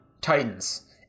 titans